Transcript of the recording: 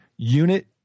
Unit